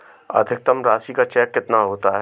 अधिकतम राशि का चेक कितना होता है?